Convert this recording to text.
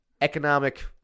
economic